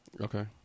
Okay